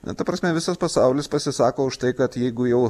na ta prasme visas pasaulis pasisako už tai kad jeigu jau